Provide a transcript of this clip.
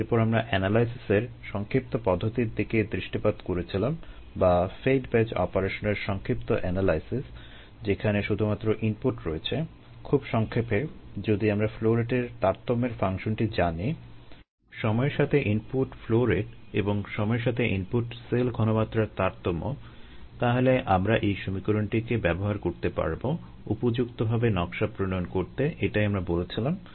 এরপর আমরা এনালাইসিসের সংক্ষিপ্ত পদ্ধতির দিকে দৃষ্টিপাত করেছিলাম বা ফেড ব্যাচ অপারেশনের সংক্ষিপ্ত এনালাইসিস যেখানে শুধুমাত্র ইনপুট জানি সময়ের সাথে ইনপুট ফ্লো রেট এবং সময়ের সাথে ইনপুট সেল ঘনমাত্রার তারতম্য তাহলে আমরা এই সমীকরণটিকে ব্যবহার করতে পারবো উপযুক্তভাবে নকশা প্রণয়ন করতে এটাই আমরা বলেছিলাম